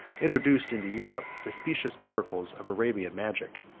introduced into europe the specious miracles of arabian magic.